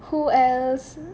who else